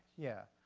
yeah.